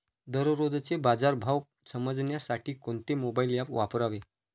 दररोजचे बाजार भाव समजण्यासाठी कोणते मोबाईल ॲप वापरावे?